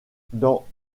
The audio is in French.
dans